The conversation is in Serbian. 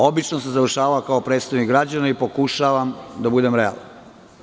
Obično sam završavao kao predstavnik građana i pokušavam da budem realan.